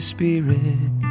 Spirit